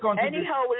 Anyhow